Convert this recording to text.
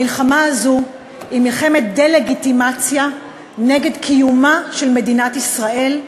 המלחמה הזו היא מלחמת דה-לגיטימציה נגד קיומה של מדינת ישראל.